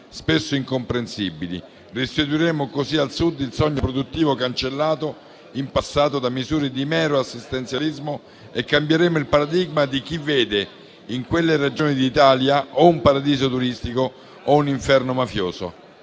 spesso incomprensibili. Restituiremo così al Sud il sogno produttivo cancellato in passato da misure di mero assistenzialismo e cambieremo il paradigma di chi vede in quelle Regioni d'Italia un paradiso turistico o un inferno mafioso.